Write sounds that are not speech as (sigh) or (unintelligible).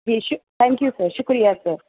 (unintelligible) thank you sir شکریہ سر